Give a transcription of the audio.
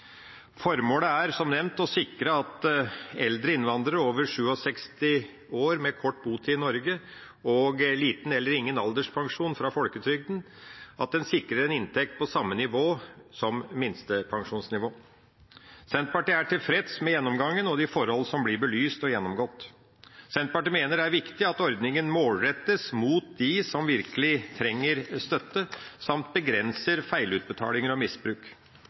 Formålet er som nevnt at eldre innvandrere over 67 år med kort botid i Norge og liten eller ingen alderspensjon fra folketrygden, sikres en inntekt på samme nivå som minstepensjonsnivå. Senterpartiet er tilfreds med gjennomgangen og de forhold som blir belyst og gjennomgått. Senterpartiet mener det er viktig at ordninga målrettes mot dem som virkelig trenger støtte, samt begrenser feilutbetalinger og misbruk.